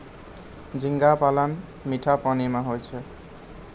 झींगा पालन मीठा पानी मे होय छै